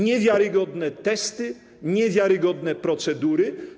Niewiarygodne testy, niewiarygodne procedury.